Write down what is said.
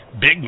big